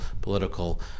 political